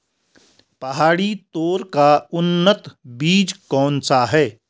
पहाड़ी तोर का उन्नत बीज कौन सा है?